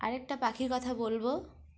আরেকটা পাখির কথা বলব